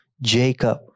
Jacob